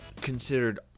considered